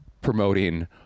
promoting